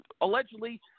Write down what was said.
allegedly